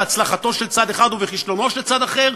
בהצלחתו של צד אחד ובכישלונו של צד אחר,